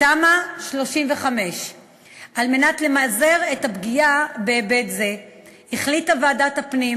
תמ"א 35. על מנת למזער את הפגיעה בהיבט זה החליטה ועדת הפנים